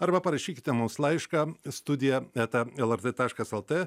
arba parašykite mums laišką studija eta lrt taškas lt